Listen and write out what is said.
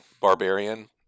Barbarian